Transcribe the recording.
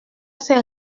s’est